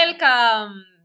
Welcome